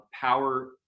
power